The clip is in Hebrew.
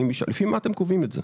לפי מה אתם קובעים את זה?